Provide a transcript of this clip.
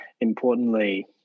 Importantly